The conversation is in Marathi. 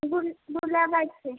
गुल गुलाबाचे